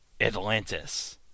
Atlantis